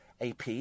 AP